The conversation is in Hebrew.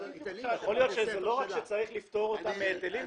להיות שלא רק שצריך לפטור אותם בהיטלים,